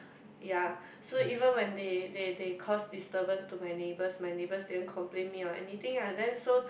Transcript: ya so even when they they they cause disturbance to my neighbours my neighbours didn't complain me or anything ah then so